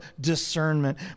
discernment